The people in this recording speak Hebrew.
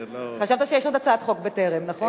חשבת שיש עוד הצעת חוק בטרם, נכון?